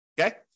Okay